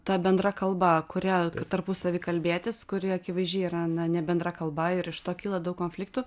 ta bendra kalba kuria tarpusavy kalbėtis kuri akivaizdžiai yra na ne bendra kalba ir iš to kyla daug konfliktų